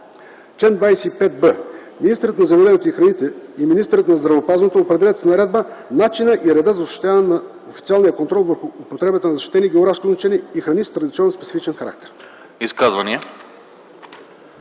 Чл. 25б. Министърът на земеделието и храните и министърът на здравеопазването определят с наредба начина и реда за осъществяване на официалния контрол върху употребата на защитени географски означения и храни с традиционно специфичен характер.”